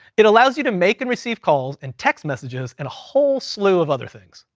it allows you to make, and receive calls, and text messages, and a whole slew of other things.